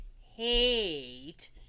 hate